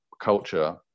culture